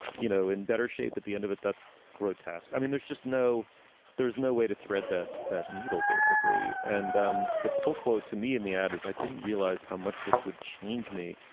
you know, in better shape at the end of it, that's grotesque. i mean, there's just no there's no way to thread that that needle, basically and um the pull quote to me in the ad is i didn't realize how much this would change me.